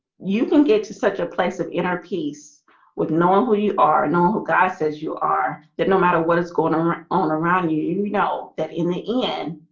you can get to such a place of inner. peace with knowing who you are know who god says you are that no matter what is going on around you you know that in the end